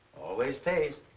always pays.